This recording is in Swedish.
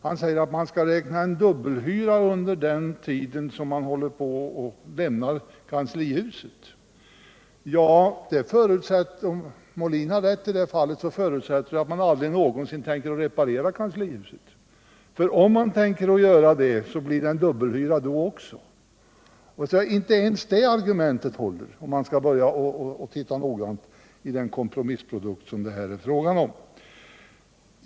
Han säger att man måste räkna med en dubbel hyra under den tid man håller på att lämna kanslihuset. Om Björn Molin har rätt i det fallet förutsätter det att man aldrig någonsin har tänkt att reparera kanslihuset. Tänker man göra det, så blir det även då en dubbelhyra. Inte ens det argumentet håller alltså, om man nu skall börja granska närmare den kompromissprodukt som det här är fråga om.